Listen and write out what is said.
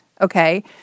Okay